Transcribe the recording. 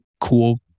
cool